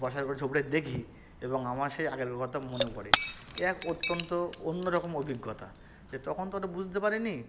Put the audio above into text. বসার ঘরে ছবিটা দেখি এবং আমার সেই আগের কথা মনে পড়ে এ এক অত্যন্ত অন্য রকম অভিজ্ঞতা যে তখন তো অতো বুঝতে পারি নি